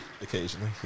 Occasionally